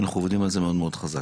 אנחנו עובדים על זה מאוד מאוד חזק.